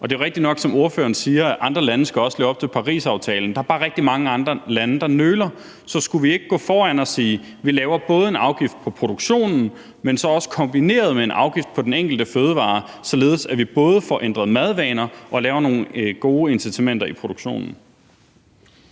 Og det er jo rigtigt nok, som ordføreren siger, at andre lande også skal leve op til Parisaftalen, men der er bare rigtig mange andre lande, der nøler. Så skulle vi ikke gå foran og sige: Vi laver både en afgift på produktionen, men så også kombineret med en afgift på den enkelte fødevare, således at vi både får ændret madvaner og laver nogle gode incitamenter i produktionen?